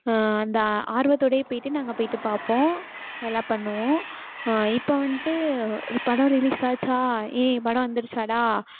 அந்த ஆர்வத்தோடயே போய்விட்டு நாங்கள் போய்விட்டு பார்ப்போம் எல்லாம் பண்ணுவோம் இப்போ வந்துட்டு படம் ரிலீஸ் ஆச்சா ஏய் படம் வந்துருச்சாடா